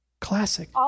Classic